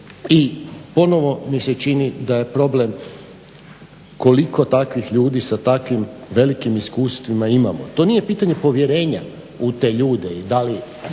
i ponovo mi se čini da je problem koliko takvih ljudi sa takvim velikim iskustvom imamo. To nije pitanje povjerenja u te ljude i da li